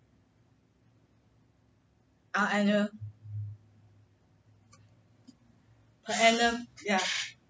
ah annual per annum ya